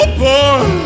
boy